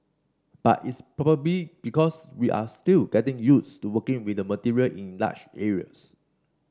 but it's probably because we are still getting used to working with the material in large areas